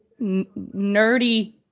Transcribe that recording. nerdy